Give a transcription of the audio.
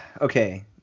Okay